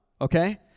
Okay